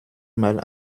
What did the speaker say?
mal